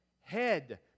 head